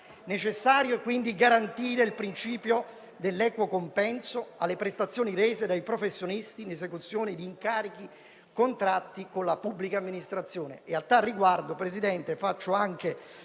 necessario garantire il principio dell'equo compenso alle prestazioni rese dai professionisti in esecuzione di incarichi contratti con la pubblica amministrazione.